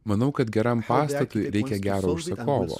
manau kad geram pastatui reikia gero užsakovo